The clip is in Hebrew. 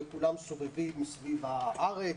וכולם סובבים סביב הארץ.